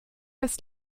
das